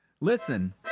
Listen